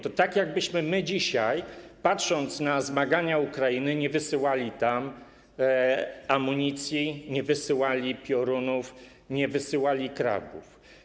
To tak, jakbyśmy my dzisiaj, patrząc na zmagania Ukrainy, nie wysyłali tam amunicji, nie wysyłali piorunów, nie wysyłali krabów.